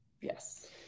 Yes